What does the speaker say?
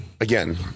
Again